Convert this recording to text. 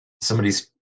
somebody's